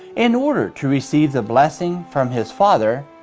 in order to receive the blessings from his father,